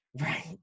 Right